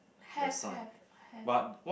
have have have